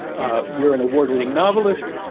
ah you're an award-winning novelist.